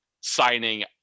signing